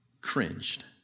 cringed